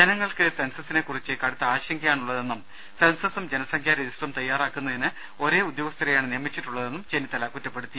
ജനങ്ങൾക്ക് സെൻസസിനെകുറിച്ച് കടുത്ത ആശങ്കയാണ് ഉള്ളതെന്നും സെൻസസും ജനസംഖ്യാ രജിസ്റ്ററും തയ്യാറാക്കുന്നതിന് ഒരേ ഉദ്യോഗസ്ഥരെയാണ് നിയമിച്ചിട്ടുള്ളതെന്നും ചെന്നിത്തല കുറ്റപ്പെടുത്തി